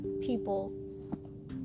people